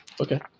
Okay